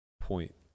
point